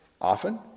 Often